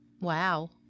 Wow